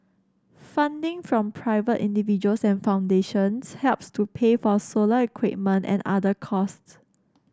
funding from private individuals and foundations helps to pay for solar equipment and other costs